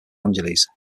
angeles